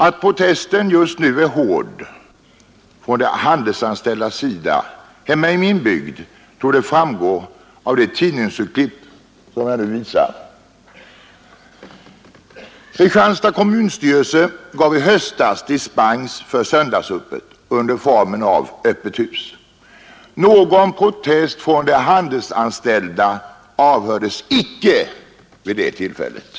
Att protesten just nu är hård från de handelsanställdas sida hemma i min bygd torde framgå av det tidningsurklipp som jag nu visar. Kristianstads kommunstyrelse gav i höstas dispens för söndagsöppet under formen av s.k. ”öppet hus”. Någon protest från de handelsanstäl Ida avhördes icke vid det tillfället.